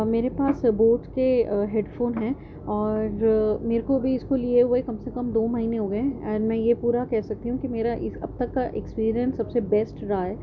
میرے پاس بوٹ کے ہیڈ فون ہیں اور میرے کو ابھی اس کو لیے ہوئے کم سے کم دو مہینے ہو گئے ہیں اینڈ میں یہ پورا کہہ سکتی ہوں کہ میرا اس اب تک کا ایکسپیرئنس سب سے بیسٹ رہا ہے